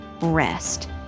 rest